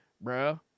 bro